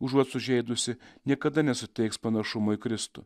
užuot sužeidusi niekada nesuteiks panašumo į kristų